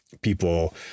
people